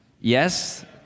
Yes